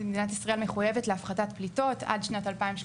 מדינת ישראל מחויבת להפחתת פליטות עד שנת 2030,